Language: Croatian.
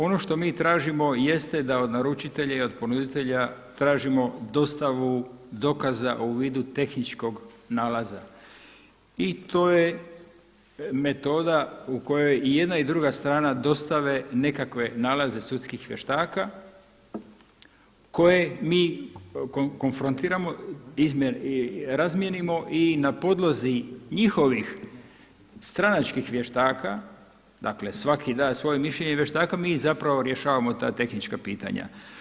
Ono što mi tražimo jeste da od naručitelja i od ponuditelja tražimo dostavu dokaza u vidu tehničkog nalaza i to je metoda u kojoj i jedna i druga strana dostave nekakve nalaze sudskih vještaka koje mi konfrontiramo, razmijenimo i na podlozi njihovih stranačkih vještaka dakle svaki da svoje mišljenje i vještaka mi zapravo rješavamo ta tehnička pitanja.